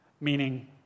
meaning